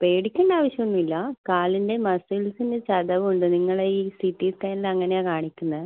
പേടിക്കണ്ട ആവശ്യം ഒന്നും ഇല്ല കാലിൻ്റെ മസിൽസിന് ചതവ് ഉണ്ട് നിങ്ങളുടെ ഈ സി ടി സ്കാനിൽ അങ്ങനെയാണ് കാണിക്കുന്നത്